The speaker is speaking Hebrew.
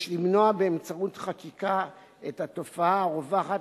יש למנוע באמצעות חקיקה את התופעה הרווחת